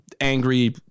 angry